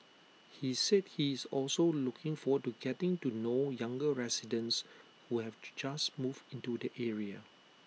he said he is also looking forward to getting to know younger residents who have just moved into the area